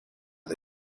the